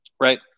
right